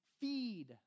feed